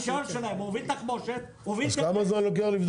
יש לו רישיון להוביל תחמושת --- אז כמה זמן לוקח?